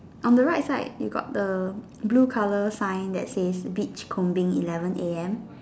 on the right side you got the blue colour sign that says beach combing eleven A_M